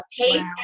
taste